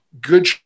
good